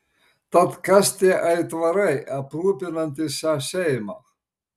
tad kas tie aitvarai aprūpinantys šią šeimą